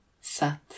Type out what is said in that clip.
Sat